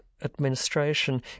administration